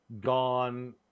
gone